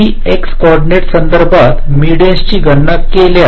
मी x coordinates संदर्भात medians ची गणना केल्यास